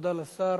תודה לשר.